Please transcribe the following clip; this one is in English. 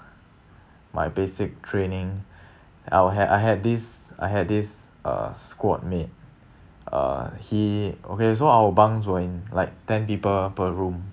my basic training and I were had I had this I had this uh squad mate uh he okay so our bunks were in like ten people per room